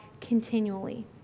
continually